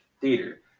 theater